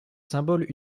symbole